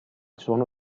suono